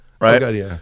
right